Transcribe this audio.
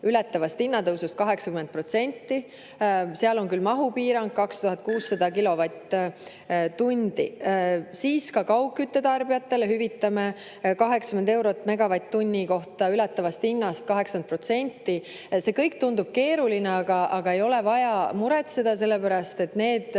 megavatt-tund]. Seal on küll mahupiirang 2600 kilovatt-tundi. Kaugküttetarbijatele hüvitame 80 eurot megavatt-tunni kohta ületavast hinnast 80%. See kõik tundub keeruline, aga ei ole vaja muretseda, sellepärast et need